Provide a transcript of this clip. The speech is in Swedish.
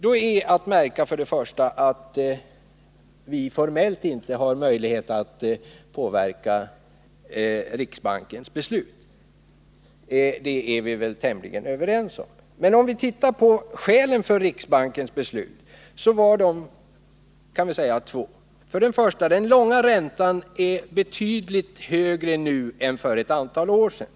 Då är att märka att vi formellt inte har möjlighet att påverka riksbankens beslut — det är vi väl tämligen överens om. Om vi tittar på skälen till riksbankens beslut finner vi att de var två: 1. Den långa räntan är betydligt högre nu än för ett antal år sedan.